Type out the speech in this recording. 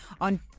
on